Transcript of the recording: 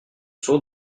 sont